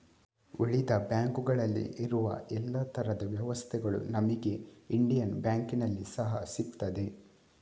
ಉಳಿದ ಬ್ಯಾಂಕುಗಳಲ್ಲಿ ಇರುವ ಎಲ್ಲಾ ತರದ ವ್ಯವಸ್ಥೆಗಳು ನಮಿಗೆ ಇಂಡಿಯನ್ ಬ್ಯಾಂಕಿನಲ್ಲಿ ಸಹಾ ಸಿಗ್ತದೆ